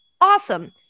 awesome